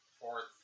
fourth